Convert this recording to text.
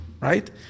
Right